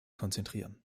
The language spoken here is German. konzentrieren